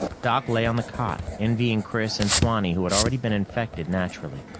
doc lay on the cot, envying chris and swanee who had already been infected naturally.